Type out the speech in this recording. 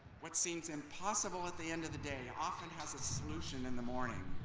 what seems impossible at the end of the day, often has a solution in the morning.